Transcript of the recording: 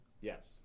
Yes